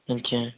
अच्छा